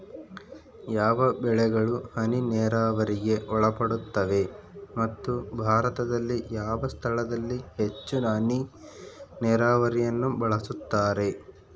ಯಾವ ಬೆಳೆಗಳು ಹನಿ ನೇರಾವರಿಗೆ ಒಳಪಡುತ್ತವೆ ಮತ್ತು ಭಾರತದಲ್ಲಿ ಯಾವ ಸ್ಥಳದಲ್ಲಿ ಹೆಚ್ಚು ಹನಿ ನೇರಾವರಿಯನ್ನು ಬಳಸುತ್ತಾರೆ?